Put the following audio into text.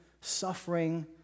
suffering